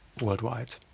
worldwide